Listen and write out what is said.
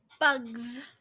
Bugs